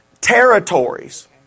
territories